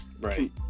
right